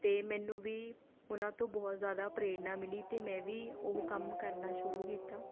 ਅਤੇ ਮੈਨੂੰ ਵੀ ਉਹਨਾਂ ਤੋਂ ਬਹੁਤ ਜ਼ਿਆਦਾ ਪ੍ਰੇਰਨਾ ਮਿਲੀ ਅਤੇ ਮੈਂ ਵੀ ਉਹ ਕੰਮ ਕਰਨਾ ਸ਼ੁਰੂ ਕੀਤਾ